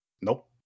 Nope